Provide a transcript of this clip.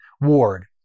ward